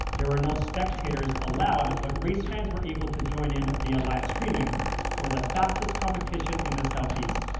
there were no spectators allowed, but race fans were able to join in via live streaming for the fastest competition in the south east.